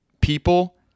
people